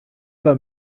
pas